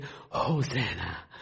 Hosanna